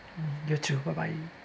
mm you too bye bye